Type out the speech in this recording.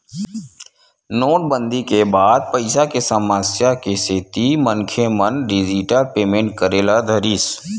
नोटबंदी के बाद पइसा के समस्या के सेती मनखे मन डिजिटल पेमेंट करे ल धरिस